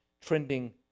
trending